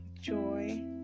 joy